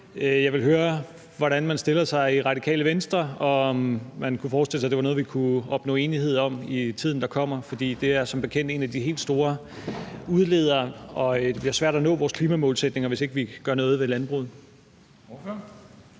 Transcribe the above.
Jeg vil høre, hvordan man stiller sig i Radikale Venstre, og om man kunne forestille sig, at det var noget, vi kunne opnå enighed om i tiden, der kommer, fordi det som bekendt er en af de helt store udledere og det bliver svært at nå vores klimamålsætninger, hvis ikke vi gør noget ved landbruget.